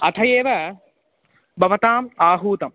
अतः एव भवन्तम् आहूतम्